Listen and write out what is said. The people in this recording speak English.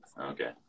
Okay